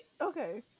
Okay